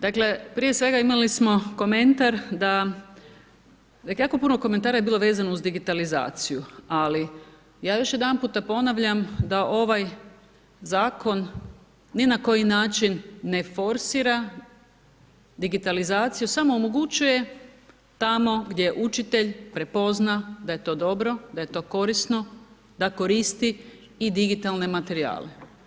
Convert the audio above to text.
Dakle, prije svega imali smo komentar da, jako puno komentara je bilo vezano uz digitalizaciju, ali ja još jedanput ponavljam da ovaj Zakon ni na koji način ne forsira digitalizaciju, samo omogućuje tamo gdje učitelj prepozna da je to dobro, da je to korisno, da koristi i digitalne materijale.